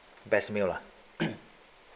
best meal lah